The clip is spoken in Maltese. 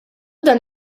dan